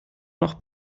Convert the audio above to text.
noch